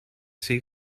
sea